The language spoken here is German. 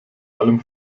allem